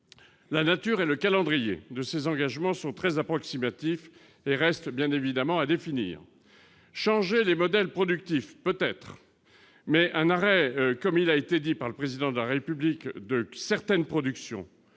la nature et le calendrier de ces engagements sont très approximatifs et reste bien évidemment à définir, changer les modèles productifs peut-être mais un arrêt comme il a été dit par le président de la République de certaines productions